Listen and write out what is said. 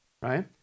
right